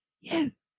Yes